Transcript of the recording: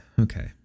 Okay